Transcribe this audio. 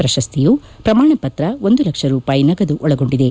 ಪ್ರಶಸ್ತಿಯು ಪ್ರಮಾಣ ಪತ್ರ ಒಂದು ಲಕ್ಷ ರೂಪಾಯಿ ನಗದು ಒಳಗೊಂಡಿದೆ